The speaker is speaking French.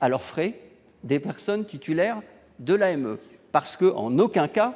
à leurs frais des personnes titulaires de l'AME parce que en aucun cas